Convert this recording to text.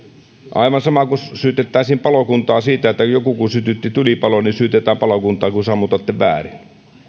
aivan sama kuin syytettäisiin palokuntaa siitä kun joku on sytyttänyt tulipalon että sammutatte väärin